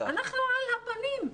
אנחנו על הפנים,